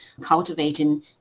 cultivating